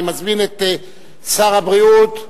אני מזמין את שר הבריאות,